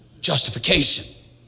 justification